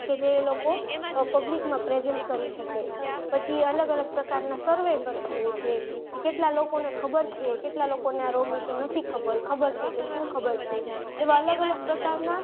કે જે એ લોકો પબ્લિકમાં પ્રેઝેન્ટ કરી શકે પછી એ અલગ અલગ પ્રકારના સર્વે કરતી હોય છે કે કેટલા લોકોને ખબર છે કેટલા લોકોને આ રોગ વિસે નથી ખબર ખબર છે તો શું ખબર છે એવા અલગ અલગ પ્રકારના